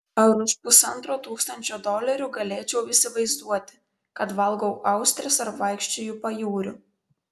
ar už pusantro tūkstančio dolerių galėčiau įsivaizduoti kad valgau austres ar vaikščioju pajūriu